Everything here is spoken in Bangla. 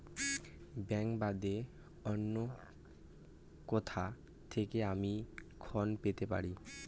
ব্যাংক বাদে অন্য কোথা থেকে আমি ঋন পেতে পারি?